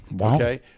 Okay